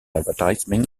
advertising